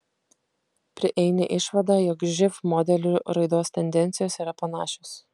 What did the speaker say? prieini išvadą jog živ modelių raidos tendencijos yra panašios